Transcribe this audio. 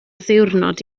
ddiwrnod